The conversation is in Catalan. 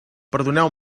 perdoneu